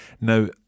Now